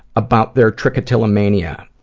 about their trichotillomania,